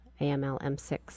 AML-M6